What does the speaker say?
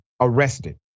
arrested